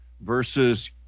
versus